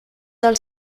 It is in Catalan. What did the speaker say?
els